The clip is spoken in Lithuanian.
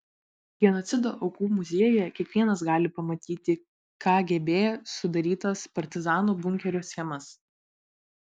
genocido aukų muziejuje kiekvienas gali pamatyti kgb sudarytas partizanų bunkerių schemas